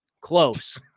close